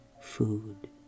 food